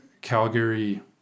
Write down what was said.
Calgary